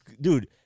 Dude